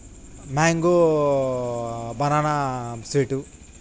mango banana sweet